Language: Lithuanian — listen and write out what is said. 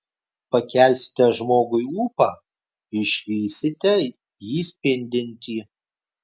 pakelsite žmogui ūpą išvysite jį spindintį